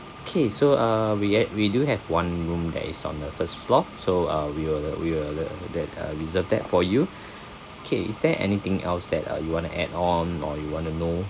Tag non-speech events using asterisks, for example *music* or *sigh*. okay so uh we ac~ we do have one room that is on the first floor so uh we'll uh we'll uh that uh reserve that for you *breath* K is there anything else that uh you want to add on or you want to know